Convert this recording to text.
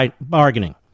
bargaining